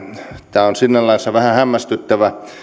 tämä on sinällänsä vähän hämmästyttävä